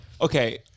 Okay